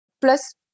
plus